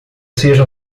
seja